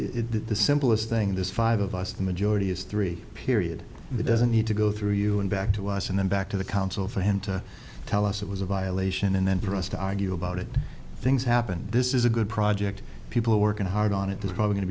it did the simplest thing this five of us the majority is three period that doesn't need to go through you and back to us and then back to the council for him to tell us it was a violation and then for us to argue about it things happen this is a good project people are working hard on it they're probably go